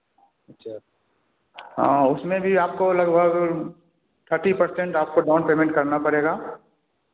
अच्छा हाँ उसमें भी आपको लगभग थर्टी परसेंट आपको डाउन पेमेंट करना पड़ेगा